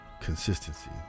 consistency